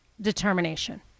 determination